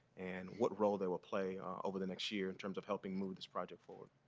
and what role they will play over the next year in terms of helping move this project forward.